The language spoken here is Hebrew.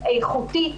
איכותית,